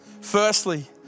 Firstly